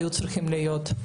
היו צריכים להיות.